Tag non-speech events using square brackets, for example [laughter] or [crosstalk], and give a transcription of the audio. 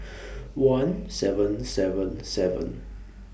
[noise] one seven seven seven